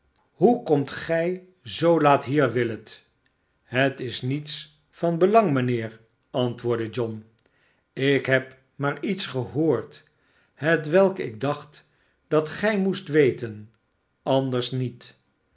hoe komt gij zoo laat hier willet het is niets van belang mijnheer antwoordde john ik heb maar iets gehoord hetwelk ik dacht dat gij moest weten anders niet